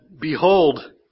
Behold